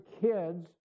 kids